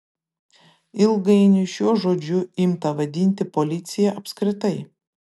ilgainiui šiuo žodžiu imta vadinti policiją apskritai